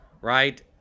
right